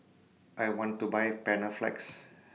I want to Buy Panaflex